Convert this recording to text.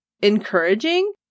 encouraging